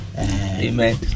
Amen